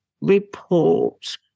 report